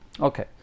Okay